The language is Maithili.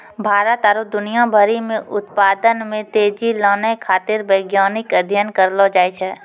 भारत आरु दुनिया भरि मे उत्पादन मे तेजी लानै खातीर वैज्ञानिक अध्ययन करलो जाय छै